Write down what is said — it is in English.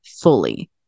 fully